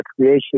Creation